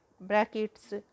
brackets